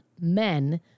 men